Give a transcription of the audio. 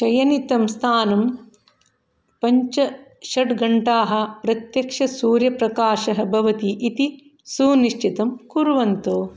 चयनितं स्थानं पञ्च षड्घण्टाः प्रत्यक्ष सूर्यप्रकाशः भवति इति सुनिश्चितं कुर्वन्तु